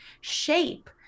shape